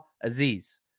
aziz